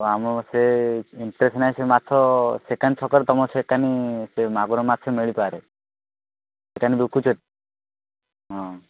ତ ଆମର ସେ ଇଂଟ୍ରେଷ୍ଟ୍ ନାହିଁ ସେ ମାଛ ସେକାନୀ ଛକରେ ତୁମର ସେକାନୀ ସେ ମାଗୁର ମାଛ ମିଳିପାରେ ସେକାନୀ ବିକୁଛନ୍ତି ହଁ